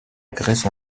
grèce